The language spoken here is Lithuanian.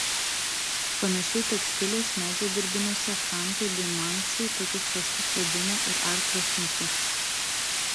panašiai tekstilės medžio dirbiniuose chantai bei mansiai tokius raštus vadina ir arklio snukiu